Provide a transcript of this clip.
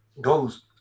goes